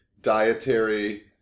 Dietary